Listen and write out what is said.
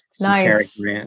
Nice